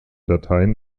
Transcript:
dateien